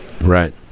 Right